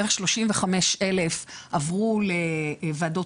בערך 35,000 עברו לוועדות